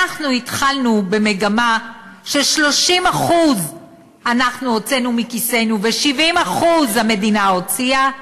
אנחנו התחלנו במגמה ש-30% אנחנו הוצאנו מכיסינו ו-70% המדינה הוציאה.